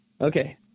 Okay